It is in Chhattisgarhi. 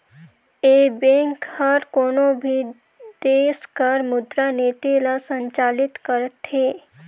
ए बेंक हर कोनो भी देस कर मुद्रा नीति ल संचालित करथे